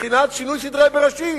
בבחינת שינוי סדרי בראשית.